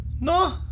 No